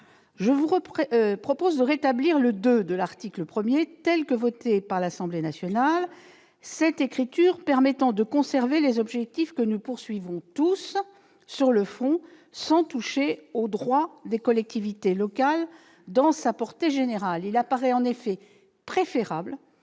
Je vous propose de rétablir le II de l'article 1, tel que voté par l'Assemblée nationale, cette rédaction permettant de conserver les objectifs que nous partageons tous, sur le fond, sans toucher au droit des collectivités locales dans sa portée générale. Il apparaît en effet préférable